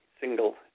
single